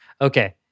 Okay